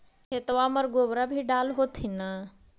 खेतबा मर गोबरो भी डाल होथिन न?